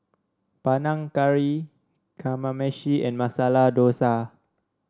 Panang Curry Kamameshi and Masala Dosa